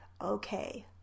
okay